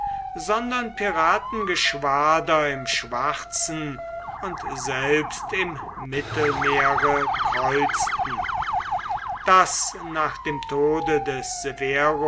sondern piratengeschwader im schwarzen und selbst im mittelmeere kreuzten das nach dem tode des